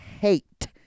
hate